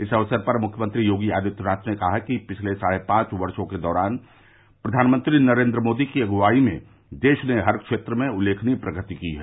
इस अवसर पर मुख्यमंत्री योगी आदित्यनाथ ने कहा कि पिछले साढ़े चार वर्षो के दौरान प्रधानमंत्री नरेन्द्र मोदी की अगुवाई में देश ने हर क्षेत्र में उल्लेखनीय प्रगति की है